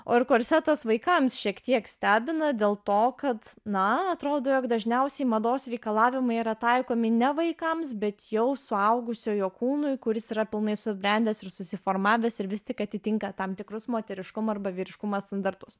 o ir korsetas vaikams šiek tiek stebina dėl to kad na atrodo jog dažniausiai mados reikalavimai yra taikomi ne vaikams bet jau suaugusiojo kūnui kuris yra pilnai subrendęs ir susiformavęs ir vis tik atitinka tam tikrus moteriškumo arba vyriškumo standartus